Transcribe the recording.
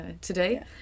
today